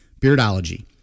Beardology